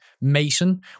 mason